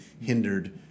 hindered